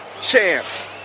chance